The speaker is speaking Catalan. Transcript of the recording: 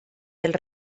dels